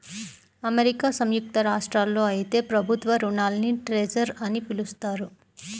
America సంయుక్త రాష్ట్రాల్లో అయితే ప్రభుత్వ రుణాల్ని ట్రెజర్ అని పిలుస్తారు